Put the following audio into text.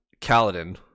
kaladin